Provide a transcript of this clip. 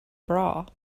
bra